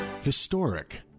Historic